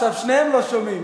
עכשיו שניהם לא שומעים.